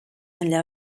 enllà